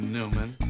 Newman